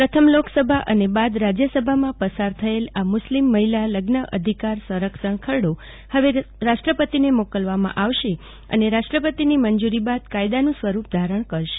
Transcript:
પ્રથમ લોકસભા અને બાદ રાજ્યસભામાં પસાર થયેલ આ મુસ્લિમ મહિલા લગ્ન અધિકાર સંરક્ષણ ખરડો હવે રાષ્ટ્રપતિને મોકલવામાં આવશે અને રાષ્ટ્રપતિની મંજૂરી બાદ કાયદાનું સ્વરૂપ ધારણ કરશે